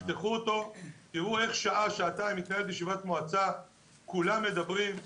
תפתחו אותו ותראו איך שעה-שעתיים מתנהלת ישיבת מועצה כאשר כולם מדברים,